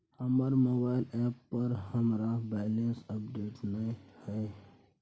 हमर mobile app पर हमरा बैलेंस अपडेट नय हय